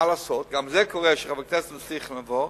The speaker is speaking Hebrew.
מה לעשות, גם זה קורה, שחברי כנסת מצליחים להעביר,